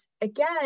again